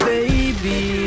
Baby